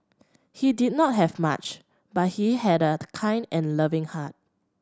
he did not have much but he had a kind and loving heart